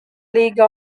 league